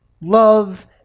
love